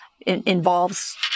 involves